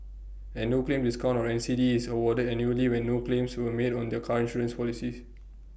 A no claim discount or N C D is awarded annually when no claims were made on the car insurance policy